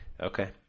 Okay